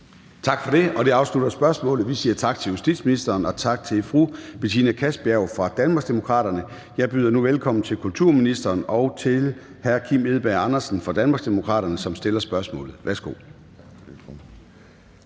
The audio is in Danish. Tak for det, og det afslutter spørgsmålet. Vi siger tak til justitsministeren og tak til fru Betina Kastbjerg fra Danmarksdemokraterne. Jeg byder nu velkommen til kulturministeren og til hr. Kim Edberg Andersen fra Danmarksdemokraterne, som stiller spørgsmålet. Kl.